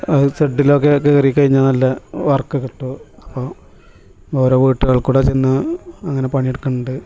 ഷെഡിലൊക്കെ കയറി കഴിഞ്ഞാൽ നല്ല വർക്ക് കിട്ടും അപ്പോൾ ഓരോ വീടുകളിൽ കൂടെ ചെന്ന് അങ്ങനെ പണിയെടുക്കുന്നുണ്ട്